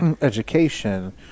education